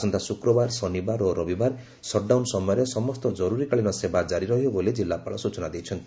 ଆସନ୍ତା ଶୁକ୍ରବାର ଶନିବାର ଓ ରବିବାର ସଟ୍ଡାଉନ ସମୟରେ ସମସ୍ତ ଜରୁରୀକାଳୀନ ସେବା ଜାରି ରହିବ ବୋଲି ଜିଲ୍ଲାପାଳ ସୂଚନା ଦେଇଛନ୍ତି